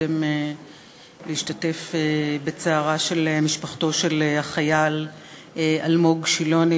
קודם להשתתף בצערה של משפחתו של החייל אלמוג שילוני,